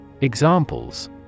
Examples